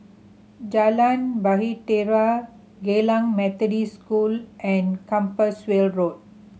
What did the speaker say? Jalan Bahtera Geylang Methodist School and Compassvale Road